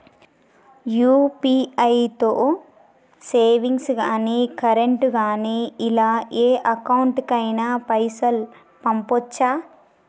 UPI తో savings గాని current గాని ఇలా ఏ అకౌంట్ కైనా పైసల్ పంపొచ్చా?